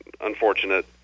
unfortunate